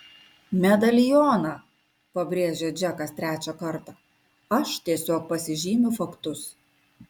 medalioną pabrėžė džekas trečią kartą aš tiesiog pasižymiu faktus